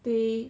they